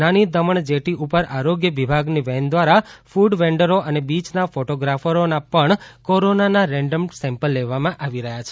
નાની દમણ જેટી ઉપર આરોગ્ય વિભાગની વૈન દ્રારા ફડ વેન્ડરો અને બીચના ફોટ્રોગ્રાફરોના પણ કોરોના રેંડમ સેમ્પલ લેવામાં આવ્યા છે